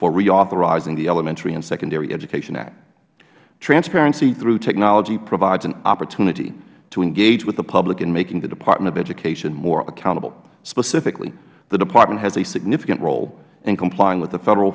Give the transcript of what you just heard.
reauthoring the elementary and secondary education act transparency through technology provides an opportunity to engage with the public in making the department of education more accountable specifically the department has a significant role in complying with the federal